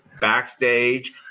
backstage